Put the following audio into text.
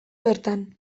bertan